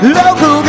local